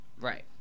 Right